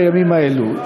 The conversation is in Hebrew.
בימים האלה,